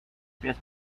pies